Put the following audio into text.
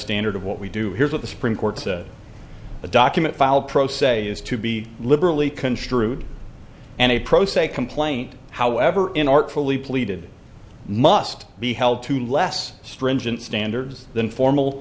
standard of what we do here is what the supreme court said a document filed pro se is to be liberally construed and a pro se complaint however in artfully pleaded must be held to less stringent standards than formal